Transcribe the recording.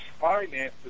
finances